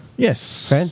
Yes